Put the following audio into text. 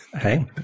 Hey